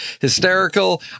hysterical